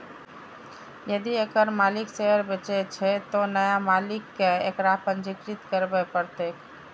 यदि एकर मालिक शेयर बेचै छै, तं नया मालिक कें एकरा पंजीकृत करबय पड़तैक